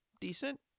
decent